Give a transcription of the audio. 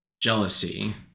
jealousy